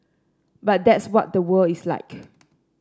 but that's what the world is like